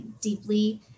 deeply